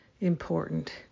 important